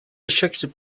restricted